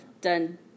done